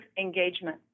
engagement